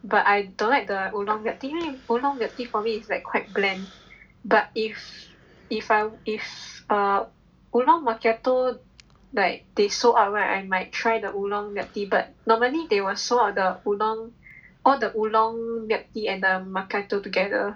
but I don't like the oolong milk tea 因为 oolong milk tea for me is like quite bland but if if I if err oolong macchiato like they sold out right I might try the oolong milk tea but normally they will sold out the all the oolong all the oolong milk tea and the macchiato altogether